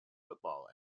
football